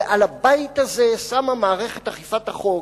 על הבית הזה שמה מערכת אכיפת החוק,